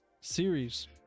series